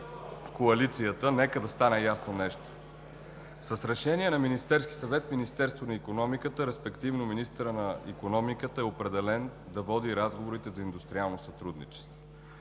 коалицията, нека да стане ясно нещо. С решение на Министерския съвет Министерството на икономиката, респективно министърът на икономиката, е определен да води разговорите за индустриално сътрудничество.